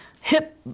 hip